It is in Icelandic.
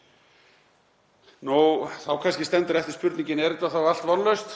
til. Þá kannski stendur eftir spurningin: Er þetta þá allt vonlaust?